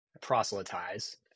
proselytize